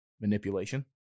manipulation